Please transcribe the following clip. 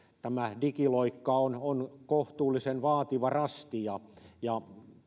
tämä digiloikka on on kohtuullisen vaativa rasti ja ja